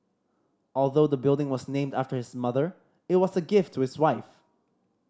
although the building was named after his mother it was a gift to his wife